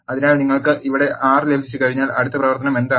അതിനാൽ നിങ്ങൾക്ക് ഇവിടെ 6 ലഭിച്ചു കഴിഞ്ഞാൽ അടുത്ത പ്രവർത്തനം എന്താണ്